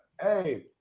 Hey